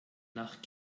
nach